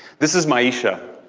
this is maiyishia.